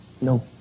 No